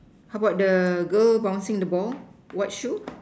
how about the girl bouncing the ball white shoe